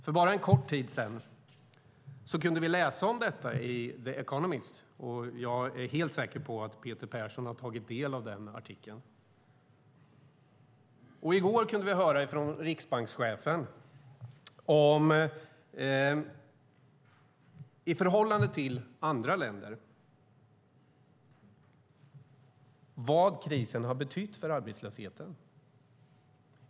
För bara en kort tid sedan kunde vi läsa om detta i The Economist, och jag är helt säker på att Peter Persson har tagit del av artikeln. I går kunde vi höra från Riksbankschefen vad krisen har betytt för arbetslösheten i Sverige i förhållande till andra länder.